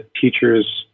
teachers